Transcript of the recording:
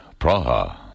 Praha